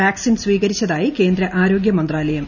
vaccine സ്വീകരിച്ചതായി കേന്ദ്ര ആരോഗ്യമന്ത്രാലയം